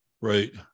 Right